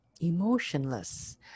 emotionless